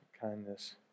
kindness